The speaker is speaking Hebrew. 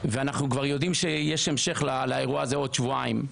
ואנחנו כבר יודעים שיש המשך לאירוע הזה עוד שבועיים.